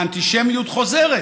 האנטישמיות חוזרת